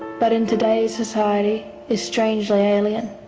but in today's society, is strangely alien.